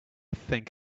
think